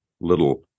little